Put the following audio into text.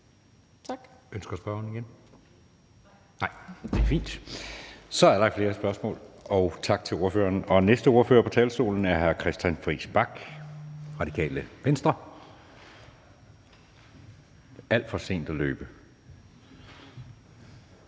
endnu et spørgsmål? Nej, det er fint. Der er ikke flere spørgsmål, så tak til ordføreren. Og næste ordfører på talerstolen er hr. Christian Friis Bach, Radikale Venstre. Kl. 22:11 (Ordfører)